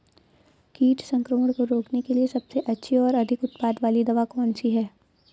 कीट संक्रमण को रोकने के लिए सबसे अच्छी और अधिक उत्पाद वाली दवा कौन सी है?